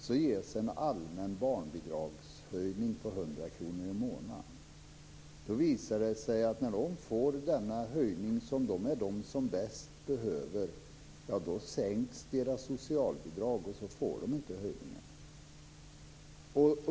Så ges en allmän barnbidragshöjning på 100 kr i månaden. När de får denna höjning - det är de som bäst behöver den - visar det sig att deras socialbidrag sänks och att de inte får någon höjning.